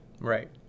Right